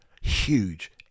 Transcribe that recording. huge